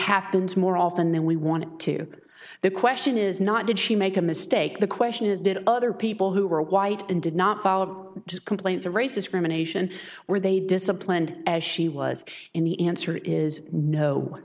happens more often than we want to the question is not did she make a mistake the question is did other people who were white and did not follow complaints of race discrimination were they disciplined as she was in the answer is no